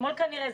אתמול כנראה,